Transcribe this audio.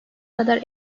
kadar